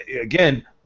Again